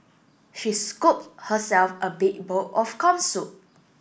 she scooped herself a big bowl of corn soup